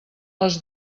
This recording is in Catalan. les